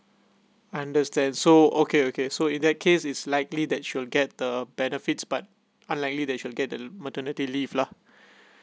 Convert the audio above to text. understand so okay okay so in that case is likely that she will get the benefits but unlikely that she will get the maternity leave lah